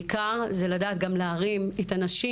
בעיקר זה לדעת גם להרים את הנשים,